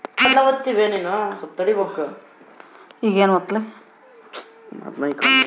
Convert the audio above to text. ಕೃಷಿಗೆ ಸಂಬಂಧ ಇರೊ ವಾಹನಗಳನ್ನು ಖರೇದಿ ಮಾಡಾಕ ಸರಕಾರದಿಂದ ಲೋನ್ ವ್ಯವಸ್ಥೆ ಇದೆನಾ?